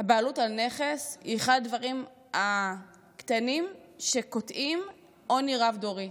הבעלות על נכס היא אחד הדברים הקטנים שקוטעים עוני רב-דורי,